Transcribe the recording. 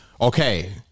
Okay